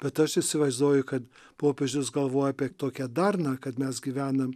bet aš įsivaizduoju kad popiežius galvoja apie tokią darną kad mes gyvenam